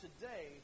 today